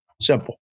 Simple